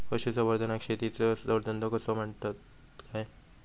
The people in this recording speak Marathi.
पशुसंवर्धनाक शेतीचो जोडधंदो आसा म्हणतत काय?